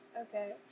Okay